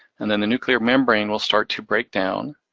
and then the nuclear membrane will start to break down,